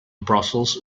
brussels